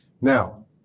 Now